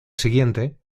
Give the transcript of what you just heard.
siguiente